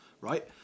Right